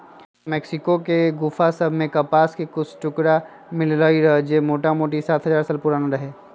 Mexico के गोफा सभ में कपास के कुछ टुकरा मिललइ र जे मोटामोटी सात हजार साल पुरान रहै